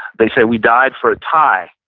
they say, we died for a tie.